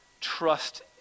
Trust